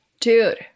Dude